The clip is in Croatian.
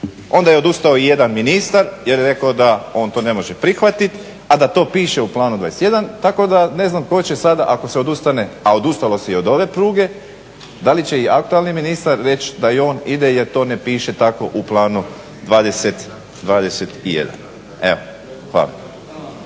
Onda je odustao i jedan ministar jer je rekao da on to ne može prihvatiti, a da to piše u Planu 21. Tako da ne znam tko će sada ako se odustane, a odustalo se i od ove pruge da li će i aktualni ministar reći da i on ide jer to ne piše tako u Planu 21. Evo, hvala.